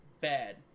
bad